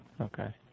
okay